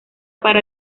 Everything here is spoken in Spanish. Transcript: para